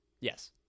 Yes